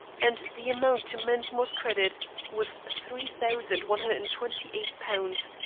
and the amount to mensmore's credit was three thousand one hundred and twenty eight pounds,